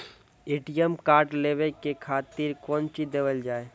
ATM card लेवे के खातिर कौंची देवल जाए?